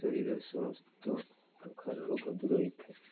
ଶରୀର ସମସ୍ତ ପ୍ରକାର ରୋଗ ଦୂର ହୋଇଥାଏ